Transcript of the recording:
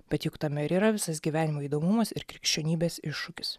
bet juk tame ir yra visas gyvenimo įdomumas ir krikščionybės iššūkis